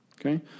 Okay